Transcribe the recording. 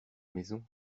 maison